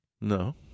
No